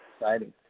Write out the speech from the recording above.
Exciting